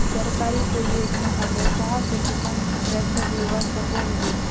सरकारी कोई योजना होचे जहा से किसान ट्रैक्टर लुबा सकोहो होबे?